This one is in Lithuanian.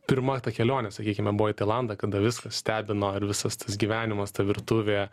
pirma ta kelionė sakykime buvo į tailandą kada viskas stebino ir visas tas gyvenimas ta virtuvė